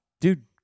Dude